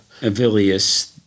Avilius